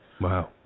Wow